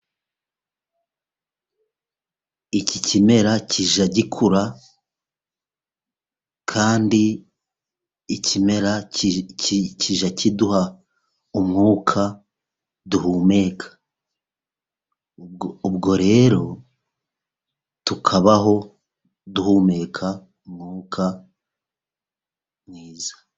Iki kimera kijya gikura, kandi ikimera kijya kiduha umwuka duhumeka. Ubwo rero tukabaho duhumeka umwuka mwiza.